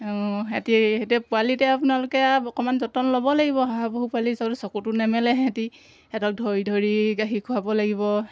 অঁ সিহঁতি সেইটো পোৱালিতে আপোনালোকে আৰু অকণমান যতন ল'ব লাগিব শহাপহু পোৱালি চকুটো নেমেলে সিহঁতি সিহঁতক ধৰি ধৰি গাখীৰ খুৱাব লাগিব